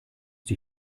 die